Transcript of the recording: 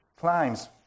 climbs